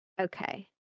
Okay